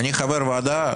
אני חבר ועדה,